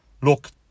Look